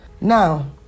Now